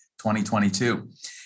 2022